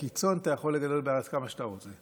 כי צאן אתה יכול לגדול בארץ כמה שאתה רוצה.